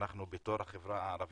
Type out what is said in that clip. אנחנו בתור החברה הערבית,